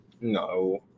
No